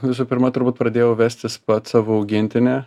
visų pirma turbūt pradėjau vestis pats savo augintinę